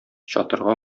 чатырга